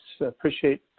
appreciate